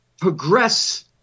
progress